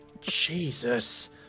Jesus